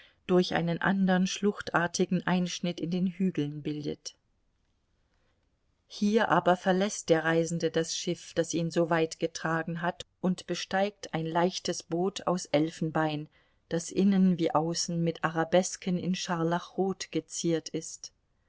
durch einen andern schluchtartigen einschnitt in den hügeln bildet hier aber verläßt der reisende das schiff das ihn soweit getragen hat und besteigt ein leichtes boot aus elfenbein das innen wie außen mit arabesken in scharlachrot geziert ist